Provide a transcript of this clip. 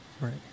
Right